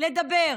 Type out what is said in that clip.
לדבר,